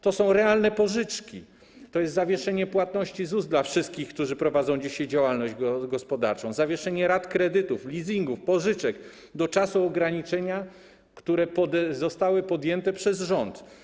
To są realne pożyczki, to jest zawieszenie płatności ZUS dla wszystkich, którzy prowadzą dzisiaj działalność gospodarczą, zawieszenie rat kredytów, leasingów, pożyczek do czasu trwania ograniczeń, które zostały podjęte przez rząd.